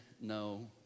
no